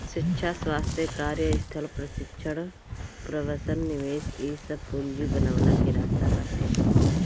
शिक्षा, स्वास्थ्य, कार्यस्थल प्रशिक्षण, प्रवसन निवेश इ सब पूंजी बनवला के रास्ता बाटे